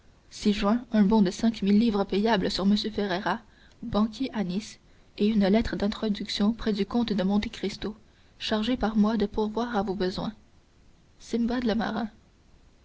ci-joint un bon de cinq mille livres payable sur m ferrea banquier à nice et une lettre d'introduction près du comte de monte cristo chargé par moi de pourvoir à vos besoins